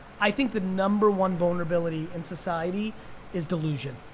i think the number one vulnerability in society is delusion.